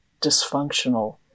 dysfunctional